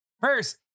first